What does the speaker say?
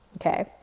Okay